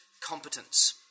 competence